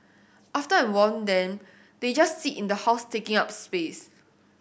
after I've worn them they just sit in the house taking up space